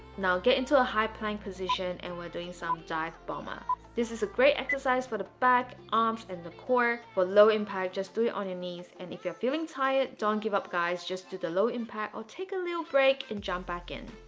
now get into a high plank position and we're doing some dive bomber this is a great exercise for the back, arms, and the core. for low impact, just do it on your knees and if you're feeling tired don't give up guys just do the low impact or take a little break and jump back in